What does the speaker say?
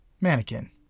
Mannequin